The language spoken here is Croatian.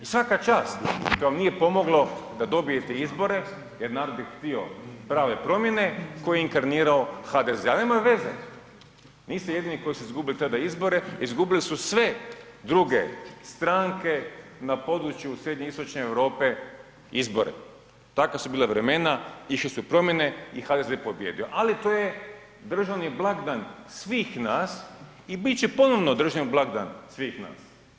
I svaka čast ... nije pomoglo da dobijete izbore jer narod bi htio prave promjene koje je inkarnirao HDZ ali nema veze, niste jedini koji ste izgubili tada izbore, izgubile su sve druge stranke na području srednjoistočne Europe izbore, takva su bila vremena, išle su promjene i HDZ je pobijedio ali to je državni blagdan svih nas i bit će ponovno državni blagdan svih nas.